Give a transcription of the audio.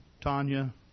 Tanya